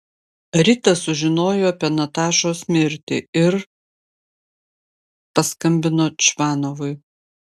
rita sužinojo apie natašos mirtį ir paskambino čvanovui